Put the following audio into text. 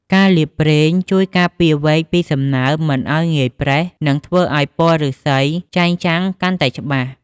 ការលាបប្រេងជួយការពារវែកពីសំណើម មិនឱ្យងាយប្រេះ និងធ្វើឱ្យពណ៌ឫស្សីចែងចាំងកាន់តែច្បាស់។